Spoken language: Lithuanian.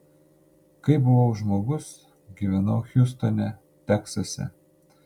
kai buvau žmogus gyvenau hjustone teksase